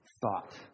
thought